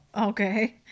okay